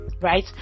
right